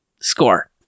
score